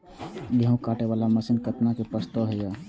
गेहूँ काटे वाला मशीन केतना के प्रस्ताव हय?